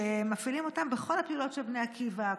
שמפעילים אותם בכל הפעילויות של בני עקיבא,